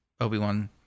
Obi-Wan